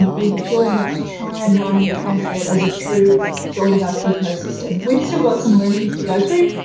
we have joined up to try and run transport as a true joined up ecosystem. we've still got some learnings to go through,